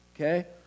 okay